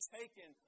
taken